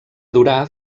durar